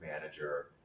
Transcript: manager